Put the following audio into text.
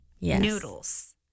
Noodles